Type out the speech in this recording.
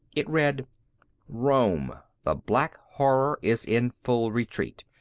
it read rome the black horror is in full retreat.